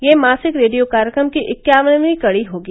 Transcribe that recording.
यह मासिक रेडियो कार्यक्रम की इक्यावनवीं कड़ी होगी